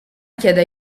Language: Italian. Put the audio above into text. chiede